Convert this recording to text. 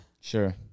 Sure